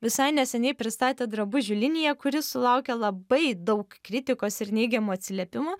visai neseniai pristatė drabužių liniją kuri sulaukė labai daug kritikos ir neigiamų atsiliepimų